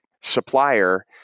supplier